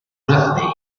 birthday